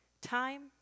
Time